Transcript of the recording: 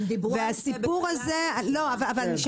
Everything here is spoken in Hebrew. זה